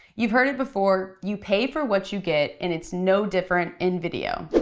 you've heard it before, you pay for what you get and it's no different in video.